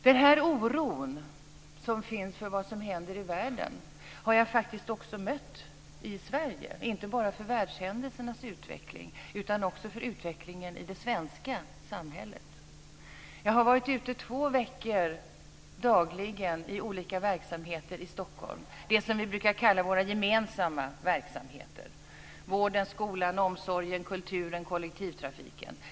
Denna oro som finns för vad som händer i världen har jag faktiskt också mött i Sverige - en oro inte bara för världshändelsernas utveckling utan också för utvecklingen i det svenska samhället. Jag har i två veckor dagligen varit ute i olika verksamheter i Stockholm, i vad vi brukar kalla för våra gemensamma verksamheter - vården, skolan, omsorgen, kulturen och kollektivtrafiken.